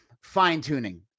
fine-tuning